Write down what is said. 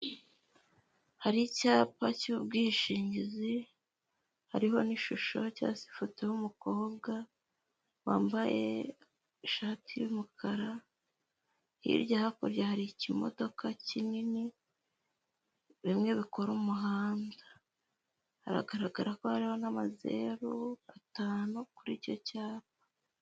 Hari icyapa cy'ubwishingizi hariho n'ishusho cyangwa se ifoto y'umukobwa wambaye ishati y'umukara hirya hakurya hari ikimodoka kinini bimwe bikora umuhanda haragaragara ko hariho n'amazeru atanu kuri icyo cyapa.